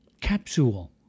capsule